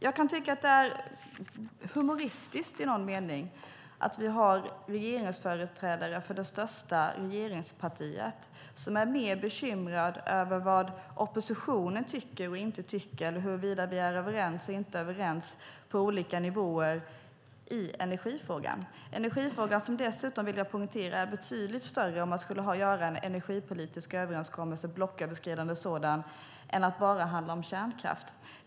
Jag kan tycka att det är humoristiskt i någon mening att vi har en företrädare för det största regeringspartiet som är bekymrad över vad oppositionen tycker och inte tycker i energifrågan eller huruvida vi är överens eller inte överens på olika nivåer. Jag vill dessutom poängtera att om man skulle göra en blocköverskridande energipolitisk överenskommelse om energifrågan skulle den handla om betydligt mer än bara om kärnkraften.